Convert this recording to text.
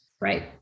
Right